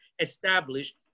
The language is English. established